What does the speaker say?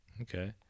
Okay